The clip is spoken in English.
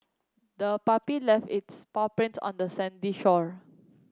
the puppy left its paw prints on the sandy shore